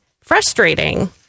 frustrating